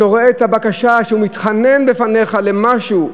אתה רואה את הבקשה שהוא מתחנן בפניך למשהו,